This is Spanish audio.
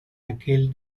aquel